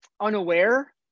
unaware